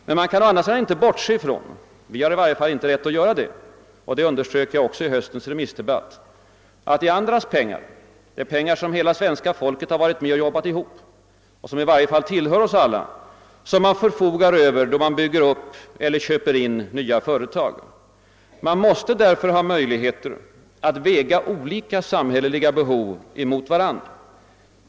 Men man kan å andra sidan inte bortse från — vi har i varje fall inte rätt att göra det, och det underströk jag också i höstens remissdebatt — att det är andras pengar, pengar som hela svenska folket har varit med och jobbat ihop och som i varje fall tillhör oss alla, som man förfogar över då man bygger upp eller köper in nya företag. Man måste därför ha möjligheter att väga olika samhälleliga behov mot varandra.